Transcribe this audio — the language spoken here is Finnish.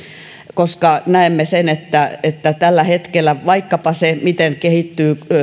koska näemme sen että että tällä hetkellä vaikkapa sillä miten kehittyy